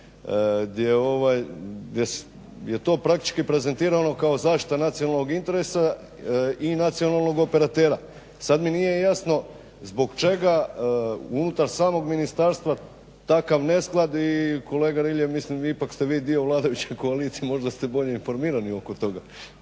gdje je to praktički prezentirano kao zaštita nacionalnog interesa i nacionalnog operatera. Sad mi nije jasno zbog čega unutar samog ministarstva takav nesklad i kolega Rilje mislim ipak ste vi dio vladajuće koalicije, možda ste bolje informirani oko toga.